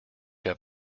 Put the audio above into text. have